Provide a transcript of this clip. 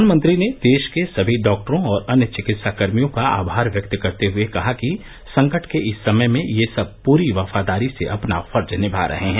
प्रधानमंत्री ने देश के सभी डॉक्टरों और अन्य चिकित्साकर्मियों का आभार व्यक्त करते हुए कहा कि संकट के इस समय में ये सब पूरी वफादारी से अपना फर्ज निभा रहे हैं